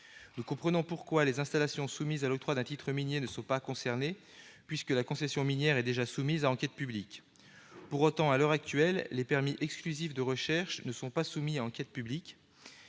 Nous comprenons pourquoi les installations soumises à l'octroi d'un titre minier ne sont pas concernées, puisque la concession minière est déjà soumise à enquête publique. Pour autant, à l'heure actuelle, les permis exclusifs de recherches minières ne sont pas, eux, soumis à enquête publique.